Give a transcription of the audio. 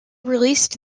released